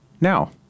now